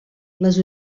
les